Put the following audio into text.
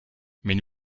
mais